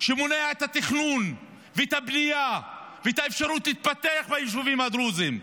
שמונע את התכנון ואת הבנייה ואת האפשרות להתפתח ביישובים הדרוזיים,